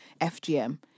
FGM